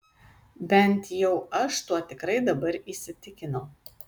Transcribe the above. bent jau aš tuo tikrai dabar įsitikinau